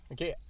Okay